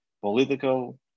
political